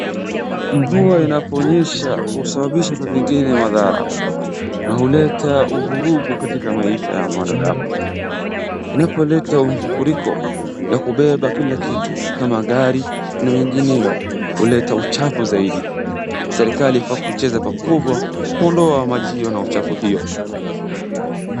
Mvua inaponyesha husababisha saa zingine madhara na huleta uvurugu katika maisha ya mwanadamu. Inapoleta mfufuriko ya kubeba kila kitu kama gari na mengineo huleta uchafu zaidi. Serikali inafaa kucheza pakubwa kuondoa maji hiyo na uchafu hiyo.